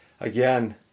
again